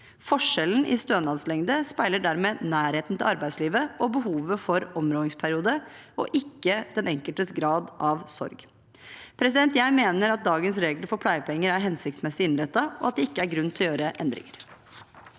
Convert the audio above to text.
Forskjellen i stønadslengde speiler dermed nærheten til arbeidslivet og behovet for områingsperiode, ikke den enkeltes grad av sorg. Jeg mener at dagens regler for pleiepenger er hensiktsmessig innrettet, og at det ikke er grunn til å gjøre endringer.